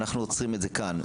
ואנחנו עוצרים את זה כאן.